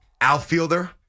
Outfielder